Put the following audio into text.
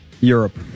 Europe